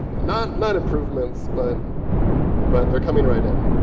not not improvements, but but they're coming right in.